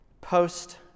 Post